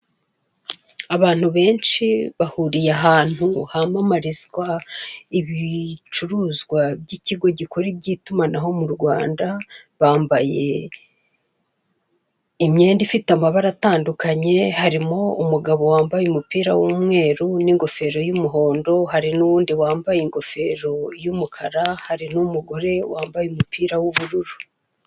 Abantu benshi bahuriye ahantu hamamarizwa ibicuruzwa by'ikigo gikora iby'itumanaho mu Rwanda, bambaye imyenda ifite amabara atandukanye, harimo umugabo wambaye umupira w'umweru n'ingofero y'umuhondo, hari n'undi wambaye ingofero y'umukara, hari n'umugore wambaye umupira w'ubururu.